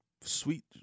sweet